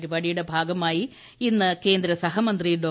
പരിപാടിയുടെ ഭാഗമായി ഇന്ന് കേന്ദ്ര സഹമന്ത്രി ഡോ